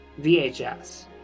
VHS